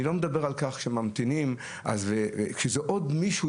אני לא מדבר על העיכובים כשיש עוד מישהו